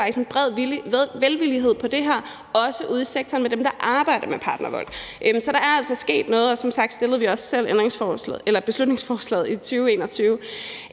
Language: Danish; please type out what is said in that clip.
hører faktisk en bred velvillighed over for det her, også ude i sektoren blandt dem, der arbejder med partnervold. Så der er altså sket noget, og som sagt fremsatte vi også selv et beslutningsforslag i 2021.